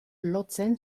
lotzen